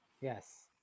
yes